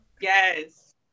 yes